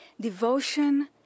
Devotion